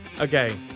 Okay